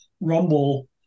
Rumble